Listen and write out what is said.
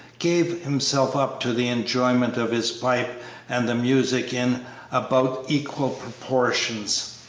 gave himself up to the enjoyment of his pipe and the music in about equal proportions,